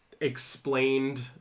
explained